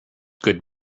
good